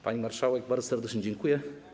Pani marszałek, bardzo serdecznie dziękuję.